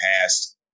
past